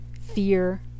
fear